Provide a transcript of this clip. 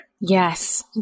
Yes